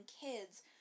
kids